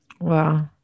Wow